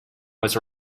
was